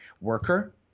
worker